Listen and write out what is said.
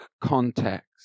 context